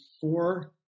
four